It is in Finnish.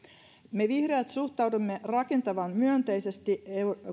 me vihreät suhtaudumme rakentavan myönteisesti